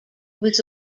was